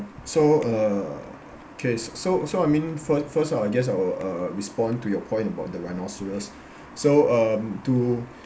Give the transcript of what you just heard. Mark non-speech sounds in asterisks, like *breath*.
so uh okay so so I mean fir~ first uh I guess I'll uh respond to your point about the rhinoceros *breath* so um to